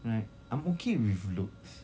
right I'm okay with looks